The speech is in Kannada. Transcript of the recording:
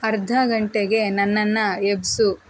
ಅರ್ಧ ಗಂಟೆಗೆ ನನ್ನನ್ನು ಎಬ್ಬಿಸು